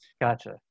Gotcha